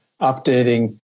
updating